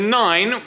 nine